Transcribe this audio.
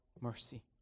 mercy